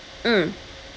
mm